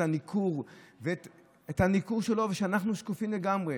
את הניכור שלו ושאנחנו שקופים לגמרי.